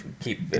keep